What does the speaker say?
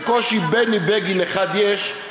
בקושי בני בגין אחד יש,